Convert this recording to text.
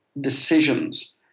decisions